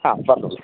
ആ പറഞ്ഞോളൂ